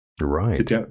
right